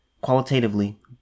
qualitatively